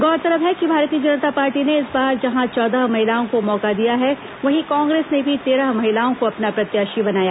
गौरतलब है कि भारतीय जनता पार्टी ने इस बार जहां चौदह महिलाओं को मौका दिया तो वहीं कांग्रेस ने भी तेरह महिलाओं को अपना प्रत्याशी बनाया